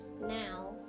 Now